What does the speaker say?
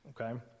Okay